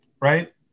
right